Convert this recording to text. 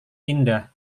indah